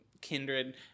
kindred